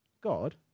God